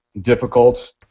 difficult